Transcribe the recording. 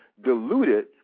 diluted